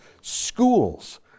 schools